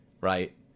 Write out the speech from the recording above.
right